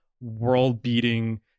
world-beating